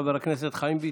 חבר הכנסת חיים ביטון.